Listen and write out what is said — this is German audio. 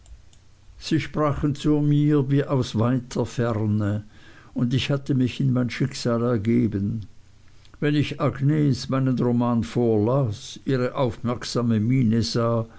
sie sprachen zu mir wie aus weiter ferne und ich hatte mich in mein schicksal ergeben wenn ich agnes meinen roman vorlas ihre aufmerksame miene sah